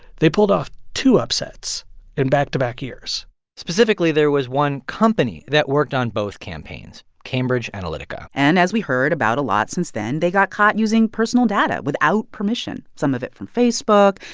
they pulled off two upsets in back to back years specifically, there was one company that worked on both campaigns cambridge analytica and as we heard about a lot since then, they got caught using personal data without permission, some of it from facebook.